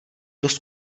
dost